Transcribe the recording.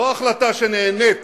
לא החלטה שנהנית